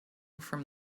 from